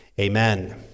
Amen